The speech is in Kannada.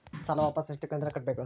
ಸಾಲ ವಾಪಸ್ ಎಷ್ಟು ಕಂತಿನ್ಯಾಗ ಕಟ್ಟಬೇಕು?